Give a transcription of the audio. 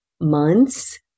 months